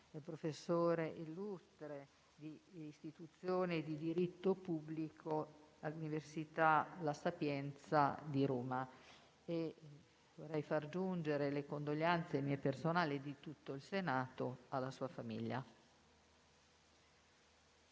professore illustre di istituzioni di diritto pubblico dell’Università La Sapienza di Roma. Vorrei far giungere le condoglianze mie personali e di tutto il Senato alla sua famiglia.